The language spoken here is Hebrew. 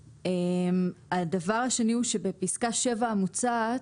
הדבר השני הוא שבפסקה (7) המוצעת,